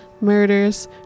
murders